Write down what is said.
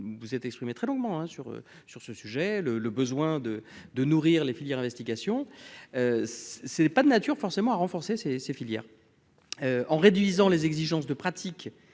vous êtes exprimé très longuement hein sur sur ce sujet le le besoin de de nourrir les filières investigations, ce n'est pas de nature forcément à renforcer ses ses filières, en réduisant les exigences de pratique